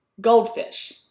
goldfish